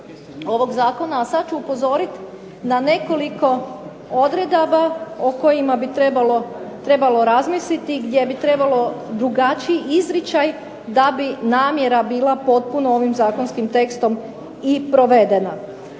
a sad ću upozoriti na nekoliko odredaba o kojima bi trebalo razmisliti, i gdje bi trebalo drugačiji izričaj da bi namjera bila potpuno ovim zakonskim tekstom i provedena.